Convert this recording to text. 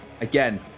Again